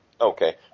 Okay